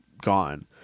gone